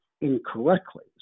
incorrectly